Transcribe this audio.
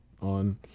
on